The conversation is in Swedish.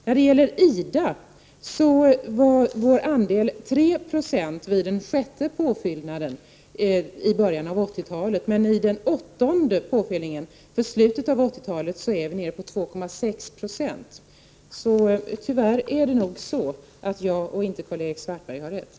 När det gäller IDA var vår andel 3 96 vid den sjätte påfyllningen i början av 80-talet, men vid den åttonde påfyllningen i slutet av 80-talet är den nere på 2,6 20. Tyvärr är det nog jag, och inte Karl-Erik Svartberg, som har rätt.